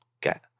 get